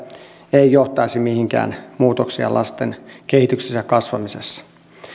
ei johtaisi mihinkään muutoksiin lasten kehityksessä ja kasvamisessa